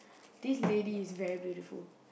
this lady is very beautiful